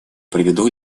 приведу